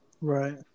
Right